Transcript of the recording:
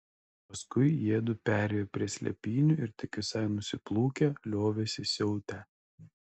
paskui jiedu perėjo prie slėpynių ir tik visai nusiplūkę liovėsi siautę